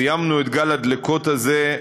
סיימנו את גל הדלקות הזה,